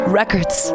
records